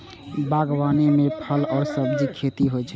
बागवानी मे फल आ सब्जीक खेती होइ छै